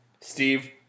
Steve